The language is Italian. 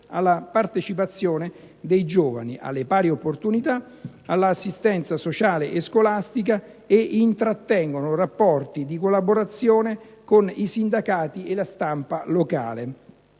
alla partecipazione dei giovani, alle pari opportunità, all'assistenza sociale e scolastica, e intrattengono rapporti di collaborazione con i sindacati e la stampa locale.